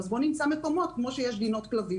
אז בואו נמצא מקומות כמו שיש גינות כלבים,